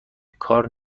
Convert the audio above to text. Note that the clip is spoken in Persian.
کار